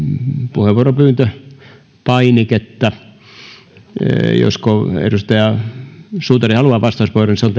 puheenvuoropyyntöpainiketta jos edustaja suutari haluaa vastauspuheenvuoron